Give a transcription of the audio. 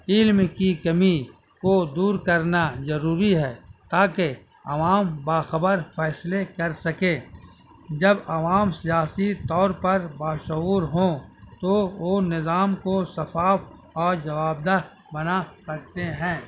علم کی کمی کو دور کرنا ضروری ہے تاکہ عوام باخبر فیصلے کر سکے جب عوام سیاسی طور پر باشعور ہوں تو وہ نظام کو شفاف اور جوابدہ بنا سکتے ہیں